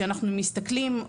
שאנחנו מסתכלים,